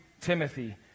Timothy